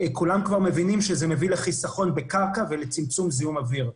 כולם כבר מבינים שזה מביא לחיסכון בקרקע ולצמצום זיהום אוויר.